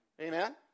Amen